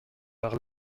par